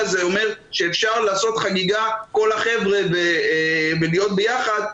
זה אומר שאפשר לעשות חגיגה כל החבר'ה ולהיות ביחד,